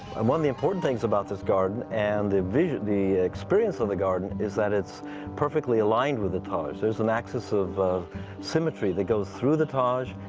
and one of the important things about this garden, and the the experience of the garden, is that it's perfectly aligned with the taj. there's an axis of of symmetry that goes through the taj,